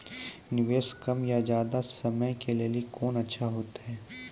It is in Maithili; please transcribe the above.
निवेश कम या ज्यादा समय के लेली कोंन अच्छा होइतै?